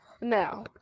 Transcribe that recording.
Now